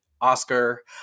Oscar